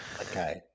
Okay